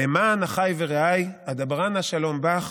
"למען אחַי ורעָי אדברה נא שלום בך